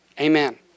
Amen